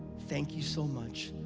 thank you so much.